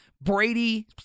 Brady